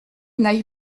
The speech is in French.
n’aille